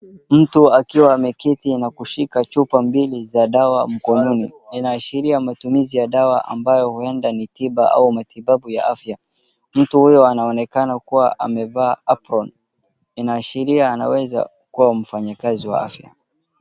Mtu akiwa ameketi na kushika na chupa mbili za dawa mkononi, inaashilia matumizi ya dawa ambayo huenda ni tiba au matibabu ya afya. Mtu huyu anonekana kuwa amevaa aproni inaashiria anaweza kuwa mfanyakazi wa afya.